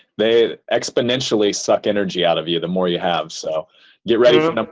they exponentially suck energy out of you, the more you have. so get ready